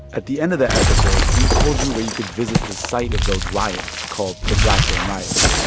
at the end of the episode, we told you where you could visit the site of those riots, called the blackburn riots.